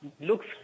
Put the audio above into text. looks